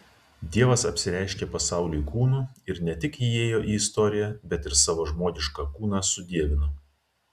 dievas apsireiškė pasauliui kūnu ir ne tik įėjo į istoriją bet ir savo žmogišką kūną sudievino